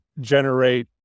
generate